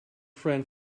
friend